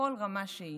בכל רמה שהיא,